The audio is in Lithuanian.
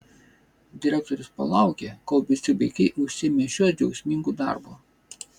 direktorius palaukė kol visi vaikai užsiėmė šiuo džiaugsmingu darbu